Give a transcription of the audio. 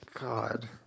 God